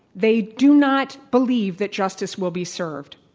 they do not believe that justice will be served.